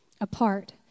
apart